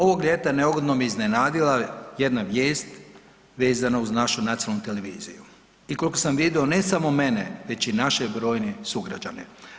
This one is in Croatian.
Ovog ljeta neugodno me iznenadila jedna vijest vezana uz našu nacionalnu televiziju i koliko sam vidio, ne samo mene već i naše brojne sugrađane.